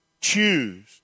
choose